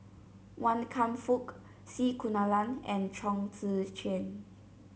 Wan Kam Fook C Kunalan and Chong Tze Chien